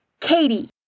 Katie